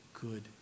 good